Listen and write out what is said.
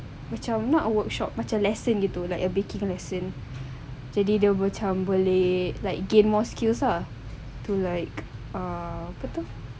macam not a workshop macam lesson gitu like a baking lesson jadi dia macam boleh like gain more skills ah to like err apa tu